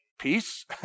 Peace